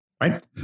Right